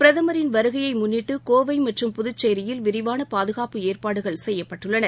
பிரதமரின் வருகையைமுன்னிட்டுகோவைமற்றும் புதுச்சேரியில் விரிவானபாதுகாப்பு ஏற்பாடுகள் செய்யப்பட்டுள்ளன